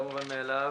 זה לא מובן מאליו,